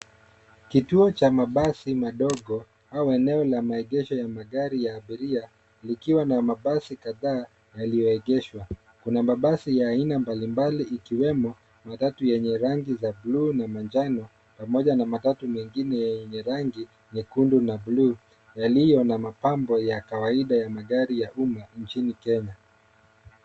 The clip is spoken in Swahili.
Kituo cha mabasi madogo au eneo la maegesho ya magari ya abiria likiwa na mabasi kadhaa yaliyoegeshwa. Kuna mabasi ya aina mbalimbali ikiwemo matatu yenye rangi za bluu na manjano pamoja na matatu mengine yenye rangi nyekundu na bluu yaliyo na mapambo ya kawaida ya magari ya umma nchini Kenya.